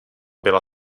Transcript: byla